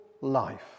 life